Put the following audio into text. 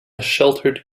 sheltered